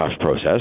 process